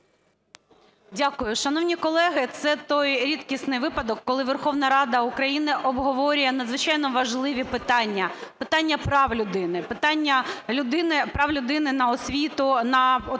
Дякую. Шановні колеги, це той рідкісний випадок, коли Верховна Рада України обговорює надзвичайно важливі питання, питання прав людини, питання прав людини на освіту, на отримання